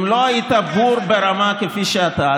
אם לא היית בור ברמה כפי שאתה,